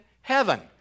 heaven